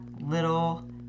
little